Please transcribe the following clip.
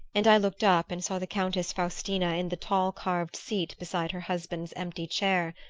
and i looked up and saw the countess faustina in the tall carved seat beside her husband's empty chair,